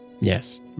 Yes